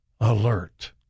alert